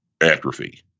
atrophy